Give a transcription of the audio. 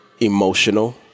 emotional